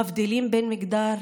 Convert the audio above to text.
מבדילים בין מגדרים,